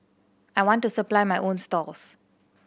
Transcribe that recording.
I want to supply my own stalls